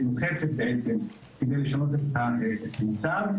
שלוחצת כדי לשנות את המצב.